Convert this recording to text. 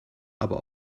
aber